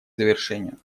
завершению